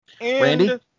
Randy